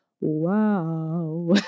Wow